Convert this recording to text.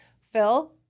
phil